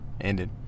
ended